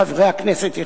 כנסת.